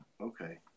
okay